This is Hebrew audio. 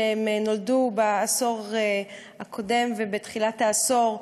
שנולדו בעשור הקודם ובתחילת העשור,